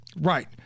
Right